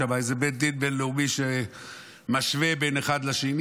איזה בית דין בין-לאומי שמשווה בין אחד לשני.